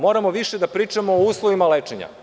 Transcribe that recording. Moramo više da pričamo o uslovima lečenja.